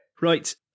Right